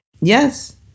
Yes